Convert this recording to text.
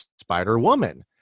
Spider-Woman